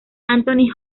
anthony